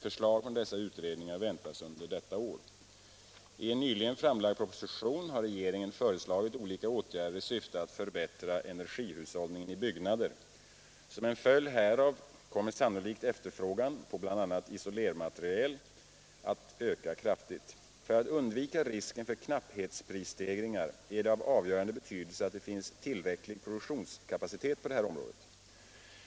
Förslag från dessa utredningar väntas under detta år. I en nyligen framlagd proposition har regeringen föreslagit olika åtgärder i syfte att förbättra energihushållningen i byggnader. Som en följd härav kommer sannolikt efterfrågan på bl.a. isolermaterial att öka kraftigt. För att undvika risken för knapphetsprisstegringar är det av avgörande betydelse att det finns tillräcklig produktionskapacitet på det här området.